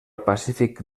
pacífic